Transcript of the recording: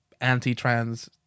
anti-trans